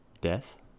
death